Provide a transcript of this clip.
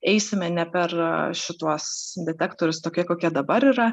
eisime ne per šituos detektorius tokie kokie dabar yra